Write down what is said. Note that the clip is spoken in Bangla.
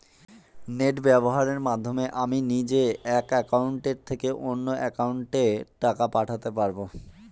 নেট ব্যবহারের মাধ্যমে আমি নিজে এক অ্যাকাউন্টের থেকে অন্য অ্যাকাউন্টে টাকা পাঠাতে পারব?